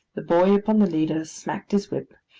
the boy upon the leader smacked his whip,